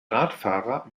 radfahrer